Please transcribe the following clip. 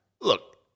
Look